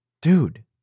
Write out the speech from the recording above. Dude